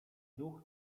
duch